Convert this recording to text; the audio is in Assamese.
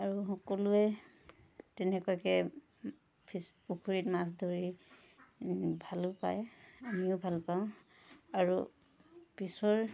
আৰু সকলোৱে তেনেকুৱাকৈ ফিচ পুখুৰীত মাছ ধৰি ভালো পায় আমিও ভাল পাওঁ আৰু পিছৰ